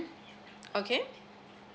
okay